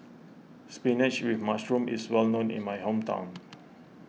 Spinach with Mushroom is well known in my hometown